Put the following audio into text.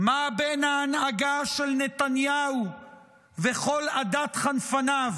מה בין ההנהגה של נתניהו וכל עדת חנפניו